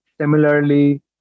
Similarly